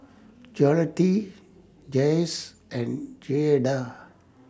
Jolette Jayce and Jaeda